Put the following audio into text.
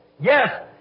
Yes